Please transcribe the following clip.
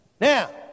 Now